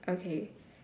okay